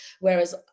Whereas